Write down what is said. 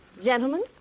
Gentlemen